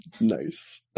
Nice